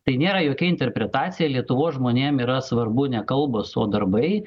tai nėra jokia interpretacija lietuvos žmonėm yra svarbu ne kalbos o darbai